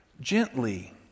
gently